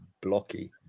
blocky